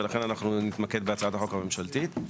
ולכן אנו נתמקד בהצעת החוק הממשלתית.